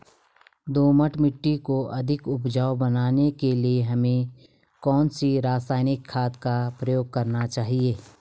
दोमट मिट्टी को अधिक उपजाऊ बनाने के लिए हमें कौन सी रासायनिक खाद का प्रयोग करना चाहिए?